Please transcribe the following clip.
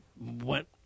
went